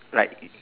like